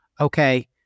okay